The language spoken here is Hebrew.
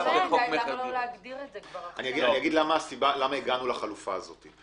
אני אומר למה הגענו לחלופה הזאת,